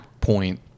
point